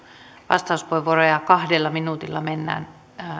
vastauspuheenvuoroja kahdella minuutilla mennään